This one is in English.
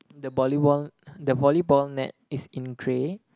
the bolly~ the volleyball net is in grey